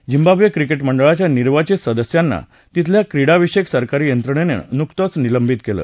Zimbabwe cricket मंडळाच्या निर्वाचित सदस्यांना तिथल्या क्रीडाविषयक सरकारी यंत्रणेनं नुकतचं निलंबित केलं